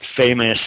famous